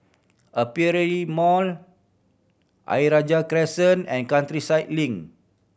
Aperia Mall Ayer Rajah Crescent and Countryside Link